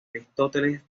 aristóteles